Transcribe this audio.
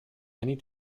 many